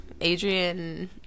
Adrian